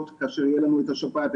כאשר יהיה לנו את השפעת,